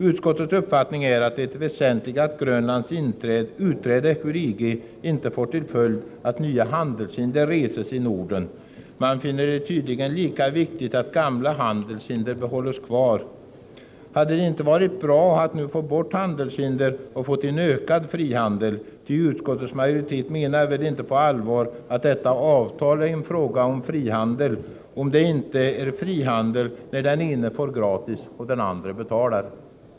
Utskottsmajoritetens uppfattning är att det är väsentligt att Grönlands utträde ur EG inte får till följd att nya handelshinder reses i Norden. Man finner det tydligen lika viktigt att gamla handelshinder behålls. Hade det inte varit bra att nu få bort handelshinder och få en ökad frihandel? Ty utskottets majoritet menar väl inte på allvar att detta avtal är en fråga om frihandel — om det inte är frihandel när den ene får gratis och den andre betalar?